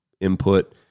input